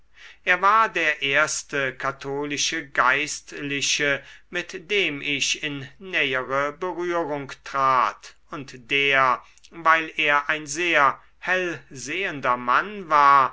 er war der erste katholische geistliche mit dem ich in nähere berührung trat und der weil er ein sehr hellsehender mann war